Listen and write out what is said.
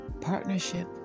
partnership